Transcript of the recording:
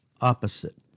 opposite